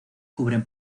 cubren